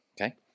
Okay